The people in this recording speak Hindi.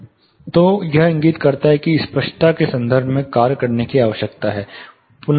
तो यह इंगित करता है कि स्पष्टता के संदर्भ में कार्य करने की आवश्यकता है